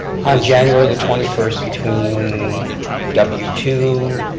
on january the twenty first, between w two,